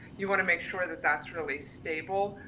you wanna make sure that that's really stable.